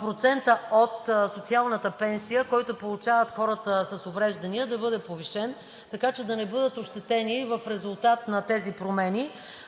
процентът от социалната пенсия, който получават хората с увреждания да бъде повишен, така че да не бъдат ощетени в резултат на тези промени,